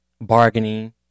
bargaining